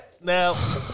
now